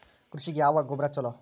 ಕೃಷಿಗ ಯಾವ ಗೊಬ್ರಾ ಛಲೋ?